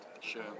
Sure